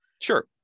Sure